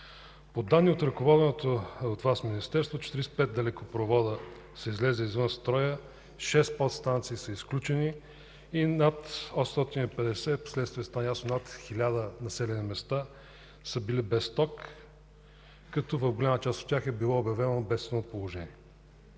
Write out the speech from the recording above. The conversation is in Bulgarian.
По данни на ръководеното от Вас министерство 45 далекопровода са излезли извън строя, 6 подстанции са изключени и над 1000 населени места са били без ток, като в голяма част от тях е било обявено бедствено положение.